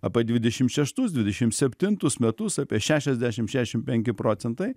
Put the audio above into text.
apie dvidešim šeštus dvidešim septintus metus apie šešiasdešim šešiasdešim penki procentai